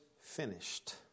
finished